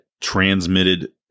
transmitted